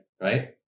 right